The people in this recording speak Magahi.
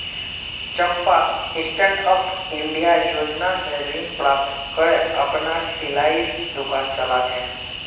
चंपा स्टैंडअप इंडिया योजना स ऋण प्राप्त करे अपनार सिलाईर दुकान चला छ